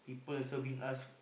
people serving us